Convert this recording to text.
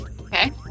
Okay